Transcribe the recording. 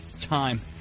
time